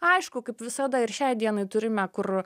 aišku kaip visada ir šiai dienai turime kur